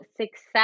success